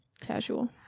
casual